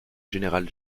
général